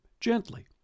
gently